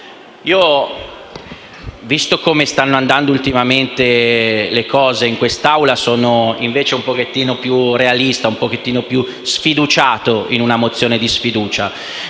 Io, visto come stanno andando ultimamente le cose in quest'Assemblea, sono invece un po' più realista, un po' più sfiduciato sulla mozione di sfiducia.